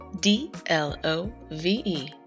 D-L-O-V-E